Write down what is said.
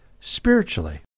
spiritually